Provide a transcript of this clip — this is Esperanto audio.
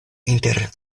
inter